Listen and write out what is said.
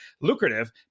lucrative